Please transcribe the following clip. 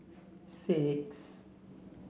six